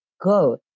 Go